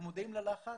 אנחנו מודעים ללחץ.